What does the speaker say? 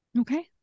Okay